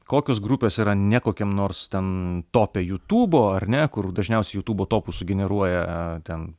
kokios grupės yra ne kokiam nors ten tope jutūbo ar ne kur dažniausiai jutūbo topus sugeneruoja ten